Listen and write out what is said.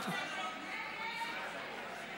אני רוצה לעלות.